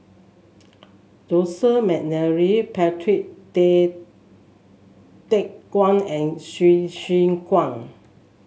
Joseph McNally Patrick Tay Teck Guan and Hsu Tse Kwang